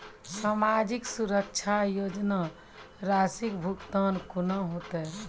समाजिक सुरक्षा योजना राशिक भुगतान कूना हेतै?